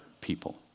people